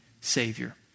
Savior